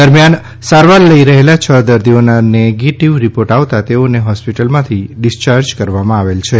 દરમ્યાન સારવાર લઈ રહેલા છ દર્દીઓના નેગેટિવ રિપોર્ટ આવતા તેઓને હોસ્પિટલમાથી ડિસ્ચાર્જ કરવામાં આવેલ છે